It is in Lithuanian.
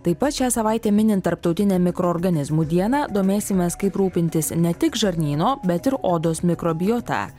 taip pat šią savaitę minint tarptautinę mikroorganizmų dieną domėsimės kaip rūpintis ne tik žarnyno bet ir odos mikrobiota